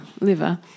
liver